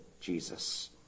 Jesus